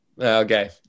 Okay